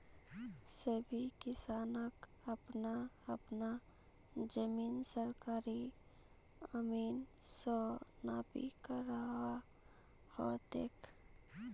सभी किसानक अपना अपना जमीन सरकारी अमीन स नापी करवा ह तेक